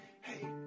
Hey